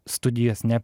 studijas ne